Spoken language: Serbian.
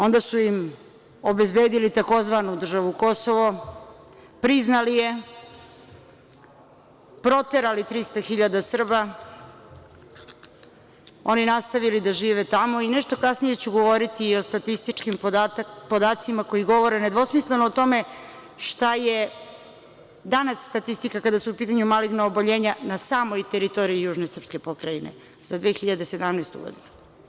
Onda su im obezbedili tzv. državu Kosovo, priznali je, proterali 300 hiljada Srba, a oni nastavili da žive tamo, a nešto kasnije ću govoriti i o statističkim podacima koji govore nedvosmisleno o tome šta je danas statistika kada su u pitanju maligna oboljenja na samoj teritoriji južno srpske pokrajine za 2017. godinu.